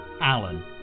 Alan